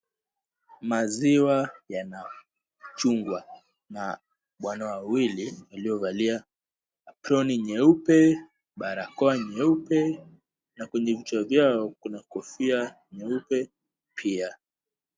Maziwa yanachungwa na wana wawili waliovalia aproni nyeupe, barakoa nyeupe na kwenye vichwa vyao kuna kofia nyeupe pia.